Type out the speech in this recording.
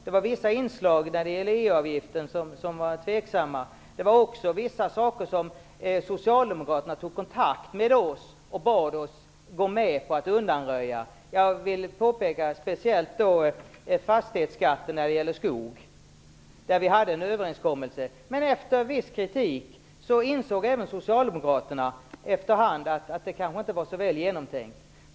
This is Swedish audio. Det var vissa inslag när det gäller EU-avgiften som var tveksamma. Det fanns också saker som Socialdemokraterna tog kontakt med oss om och som de bad oss gå med på att undanröja. Jag vill speciellt peka på fastighetsskatten när det gäller skog. Vi hade en överenskommelse, men efter en viss kritik insåg även Socialdemokraterna att det kanske inte var så väl genomtänkt.